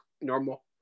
normal